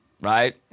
right